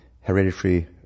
Hereditary